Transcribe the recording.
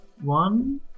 One